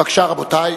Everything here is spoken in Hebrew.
בבקשה, רבותי.